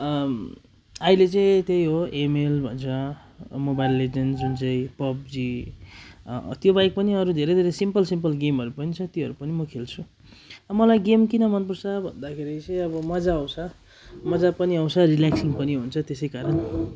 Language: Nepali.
अहिले चाहिँ त्यही हो एमएल भन्छ मोबाइल लिजेन्डन्स् जुन चाहिँ पबजी त्यो बाहेक पनि अरू धेरै धेरै सिम्पल सिम्पल गेमहरू पनि छ त्योहरू पनि म खेल्छु अँ मलाई गेम किन मनपर्छ भन्दाखेरि चाहिँ अब मजा आउँछ मजा पनि आउँछ रिल्याक्सिङ पनि हुन्छ त्यसै कारण